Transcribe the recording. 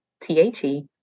T-H-E